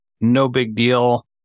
no-big-deal